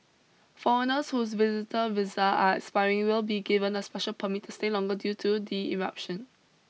foreigners whose visitor visa are expiring will be given a special permit to stay longer due to the eruption